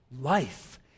Life